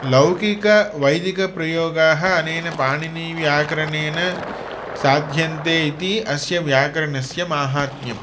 लौकिकवैदिकप्रयोगाः अनेन पाणिनिव्याकरणेन साध्यन्ते इति अस्य व्याकरणस्य माहात्म्यम्